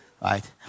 right